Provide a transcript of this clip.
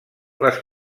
les